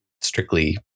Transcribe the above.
strictly